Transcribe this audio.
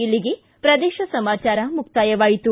ಇಲ್ಲಿಗೆ ಪ್ರದೇಶ ಸಮಾಚಾರ ಮುಕ್ತಾಯವಾಯಿತು